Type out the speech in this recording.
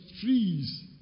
trees